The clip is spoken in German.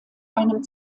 einem